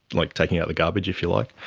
like taking out the garbage if you like,